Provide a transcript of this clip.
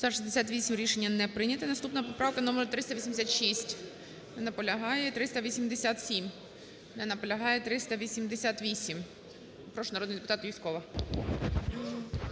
За-68 Рішення не прийнято. Наступна поправка - номер 386. Не наполягає. 387. Не наполягає. 388. Прошу, народний депутат Юзькова.